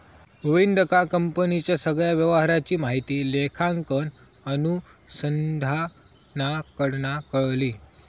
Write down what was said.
गोविंदका कंपनीच्या सगळ्या व्यवहाराची माहिती लेखांकन अनुसंधानाकडना कळली